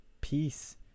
peace